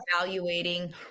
evaluating